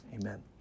Amen